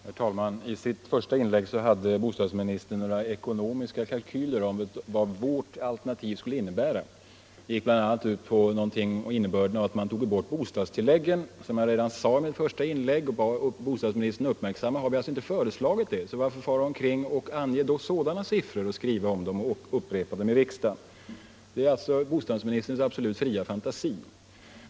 Herr talman! I sitt första inlägg hade bostadsministern några ekonomiska kalkyler över vad vårt alternativ skulle innebära om man bl.a. tog bort bostadstilläggen. Som jag i mitt första inlägg bad bostadsministern uppmärksamma har vi inte föreslagit något sådant. Varför då fara omkring och ange sådana siffror och upprepa dem i riksdagen? Det är helt och hållet bostadsministerns fria fantasier.